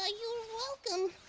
ah you're welcome.